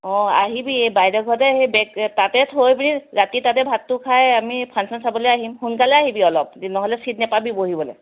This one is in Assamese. অঁ আহিবি এই বাইদেউৰ ঘৰতে বেগ তাতে থৈ পেনি সেই ৰাতি তাতে ভাতটো খাই আমি ফাংশ্যন চাবলৈ আহিম সোনকালে আহিবি অলপ নহ'লে চিট নাপাবি বহিবলৈ